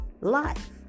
life